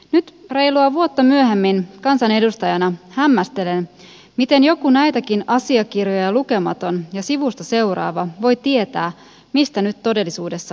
nyt reilua vuotta myöhemmin kansanedustajana hämmästelen miten joku näitäkin asiakirjoja lukematon ja sivusta seuraava voi tietää mistä nyt todellisuudessa on kyse